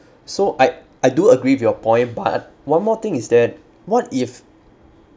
so I I do agree with your point but one more thing is that what if